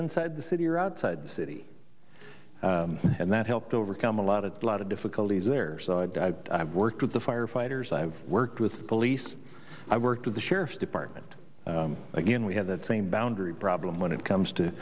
inside the city or outside the city and that helped overcome a lot of a lot of difficulties there i've worked with the firefighters i've worked with the police i worked with the sheriff's department again we have that same boundary problem when it comes to